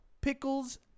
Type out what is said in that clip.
pickles